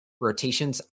rotations